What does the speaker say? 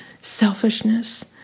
selfishness